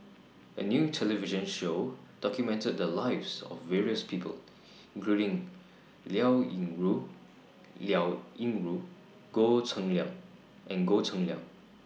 A New television Show documented The Lives of various People including Liao Yingru Liao Yingru and Goh Cheng Liang and Goh Cheng Liang